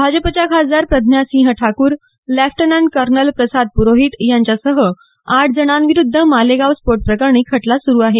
भाजपच्या खासदार Pragya Singh Thakur lieutenant colonel Prasad Purohit यांच्यासह आठ जणांविरुद्ध मालेगाव स्फोट प्रकरणी खटला सुरू आहे